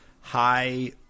high